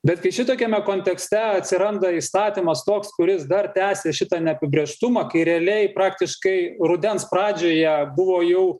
bet kai šitokiame kontekste atsiranda įstatymas toks kuris dar tęsia šitą neapibrėžtumą kai realiai praktiškai rudens pradžioje buvo jau